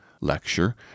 lecture